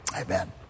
Amen